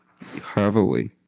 Heavily